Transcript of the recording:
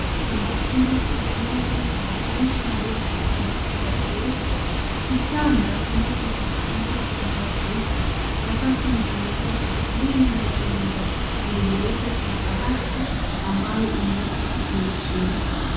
Kwenye chumba cha malazi, kuna dirisha lenye kitambaa cheupe. Kitanda, ambacho kimetandikwa kitambaa cheupe, sakafu imetengenezwa kwa (cs)taili(cs) ambazo ni za rangi nyeupe. Kuna kabati ambayo imewekwa kioo cheupe.